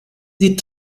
sie